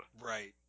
Right